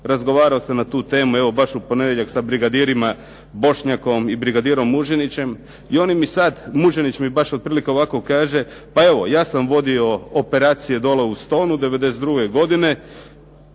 Razgovarao sam na tu temu evo baš u ponedjeljak sa brigadirima Bošnjakom i brigadirom Muženićem i oni mi sad, Muženić mi baš otprilike ovako kaže. Pa evo, ja sam vodio operacije dole u Stonu '92. godine.